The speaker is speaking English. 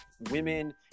women